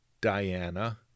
Diana